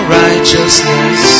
righteousness